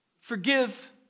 forgive